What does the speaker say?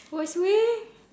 worst way